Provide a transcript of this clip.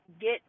get